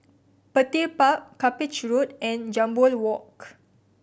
Petir Park Cuppage Road and Jambol Walk